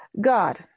God